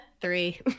Three